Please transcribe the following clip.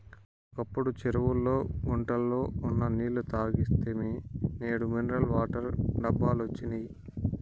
ఒకప్పుడు చెరువుల్లో గుంటల్లో ఉన్న నీళ్ళు తాగేస్తిమి నేడు మినరల్ వాటర్ డబ్బాలొచ్చినియ్